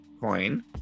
coin